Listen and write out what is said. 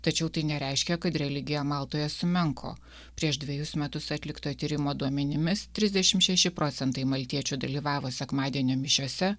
tačiau tai nereiškia kad religija maltoje sumenko prieš dvejus metus atlikto tyrimo duomenimis trisdešim šeši procentai maltiečių dalyvavo sekmadienio mišiose